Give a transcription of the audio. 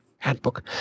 Handbook